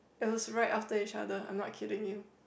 it was right after each other I'm not kidding you